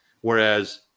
whereas